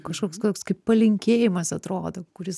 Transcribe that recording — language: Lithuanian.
kažkoks koks kaip palinkėjimas atrodo kuris